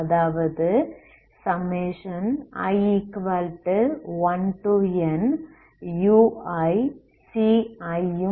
அதாவது i1nuiCi ம் solution ஆகும்